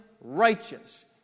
righteous